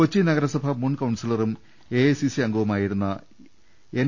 കൊച്ചി നഗരസഭാ മുൻ കൌൺസിലറും എഐസിസി അംഗവു മായിരുന്ന എൻ